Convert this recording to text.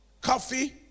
coffee